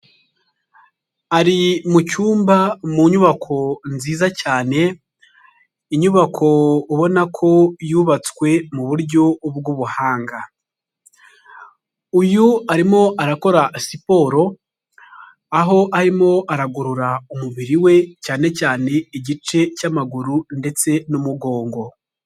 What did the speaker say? Ari mu cyumba mu nyubako nziza cyane, inyubako ubona ko yubatswe mu buryo bw'ubuhanga, uyu arimo arakora siporo, aho arimo aragorora umubiri we, cyane cyane igice cy'amaguru ndetse n'umugongo.